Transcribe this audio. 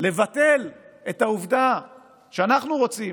לבטל את העובדה שאנחנו רוצים